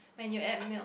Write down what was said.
when you add milk